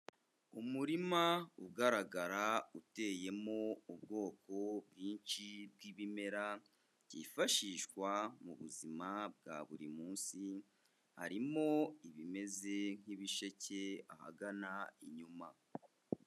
Umurima ugaragara uteyemo ubwoko bwinshi bw'ibimera, byifashishwa mu buzima bwa buri munsi, harimo ibimeze nk'ibisheke ahagana inyuma.